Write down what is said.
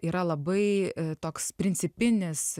yra labai toks principinis